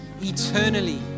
eternally